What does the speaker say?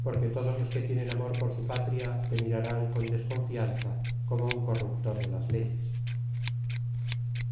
porque todos los que tienen amor por su patria te mirarán con desconfianza como un corruptor de las leyes